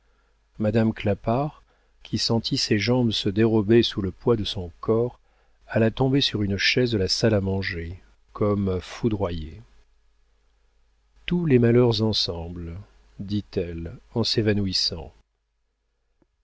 madame clapart qui sentit ses jambes se dérober sous le poids de son corps alla tomber sur une chaise de la salle à manger comme foudroyée tous les malheurs ensemble dit-elle en s'évanouissant